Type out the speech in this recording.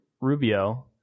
Rubio